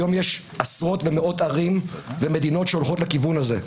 היום יש עשרות ומאות ערים ומדינות שהולכות לכיוון הזה.